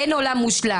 אין עולם מושלם.